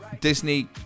Disney